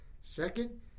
Second